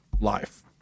life